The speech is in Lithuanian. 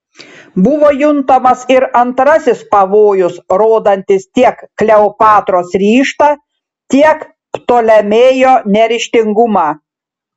buvo juntamas ir antrasis pavojus rodantis tiek kleopatros ryžtą tiek ptolemėjo neryžtingumą